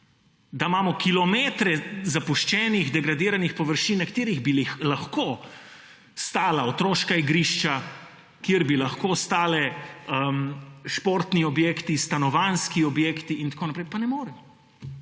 da imamo kilometre zapuščenih degradiranih površin, na katerih bi lahko stala otroška igrišča, kjer bi lahko stali športni objekti, stanovanjski objekti in tako naprej. Pa ne more!